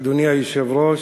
אדוני היושב-ראש,